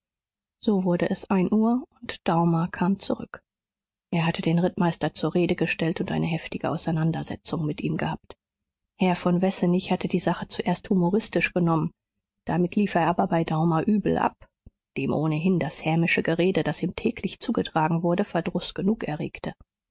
so wurde es ein uhr und daumer kam zurück er hatte den rittmeister zur rede gestellt und eine heftige auseinandersetzung mit ihm gehabt herr von wessenig hatte die sache zuerst humoristisch genommen damit lief er aber bei daumer übel ab dem ohnehin das hämische gerede das ihm täglich zugetragen wurde verdruß genug erregte